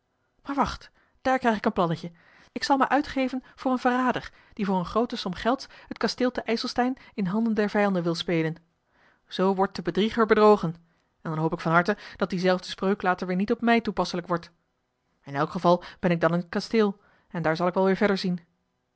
maar wacht daar krijg ik een plannetje ik zal mij uitgeven voor een verrader die voor eene groote som gelds het kasteel te ijselstein in handen der vijanden wil spelen zoo wordt de bedrieger bedrogen en dan hoop ik van harte dat diezelfde spreuk later weer niet op mij toepasselijk wordt in elk geval ben ik dan in het kasteel en daar zal ik wel weer verder zien